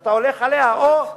שאתה הולך עליה לשינוי כיוון.